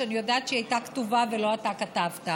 שאני יודעת שהיא הייתה כתובה ולא אתה כתבת.